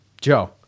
Joe